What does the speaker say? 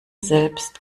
selbst